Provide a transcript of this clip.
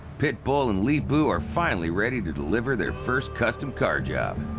pitbull and leepu are finally ready to deliver their first custom car job.